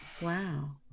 Wow